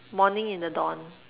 morning in the dawn